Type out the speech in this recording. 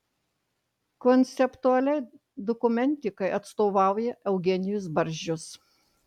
konceptualiai dokumentikai atstovauja eugenijus barzdžius